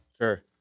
Sure